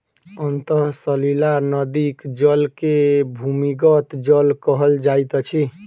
अंतः सलीला नदीक जल के भूमिगत जल कहल जाइत अछि